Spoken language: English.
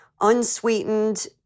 unsweetened